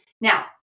Now